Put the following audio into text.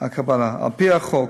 על-פי החוק,